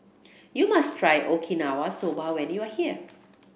you must try Okinawa Soba when you are here